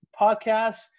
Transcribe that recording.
podcast